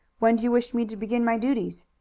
when do you wish me to begin my duties?